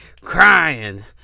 Crying